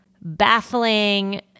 baffling